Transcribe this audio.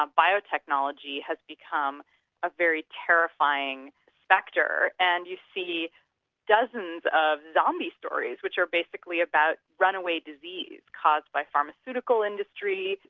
um biotechnology has become a very terrifying factor and you see dozens of zombie stories which are basically about runaway disease, caused by some pharmaceutical industry,